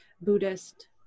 Buddhist